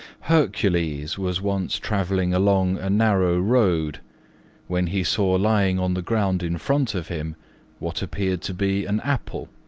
hercules was once travelling along a narrow road when he saw lying on the ground in front of him what appeared to be an apple,